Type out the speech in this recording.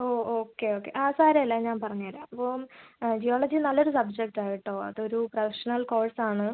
ഓ okay okay ആ സാരമില്ല ഞാൻ പറഞ്ഞു തരാം ഇപ്പം ജിയോളജി നല്ല ഒരു സബ്ജെക്ടാണ് കേട്ടോ അത് ഒരു പ്രൊഫഷണൽ കോഴ്സ് ആണ്